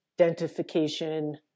identification